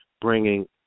bringing